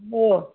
hello